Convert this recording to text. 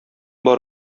бар